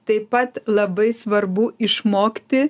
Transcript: taip pat labai svarbu išmokti